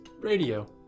Radio